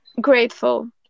grateful